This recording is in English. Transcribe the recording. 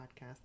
podcast